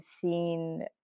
seen